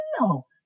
no